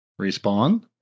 Respawn